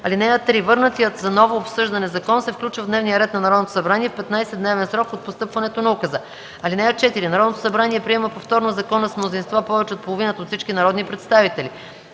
него. (3) Върнатият за ново обсъждане закон се включва в дневния ред на Народното събрание в 15-дневен срок от постъпването на указа. (4) Народното събрание приема повторно закона с мнозинство повече от половината от всички народни представители.